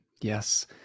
Yes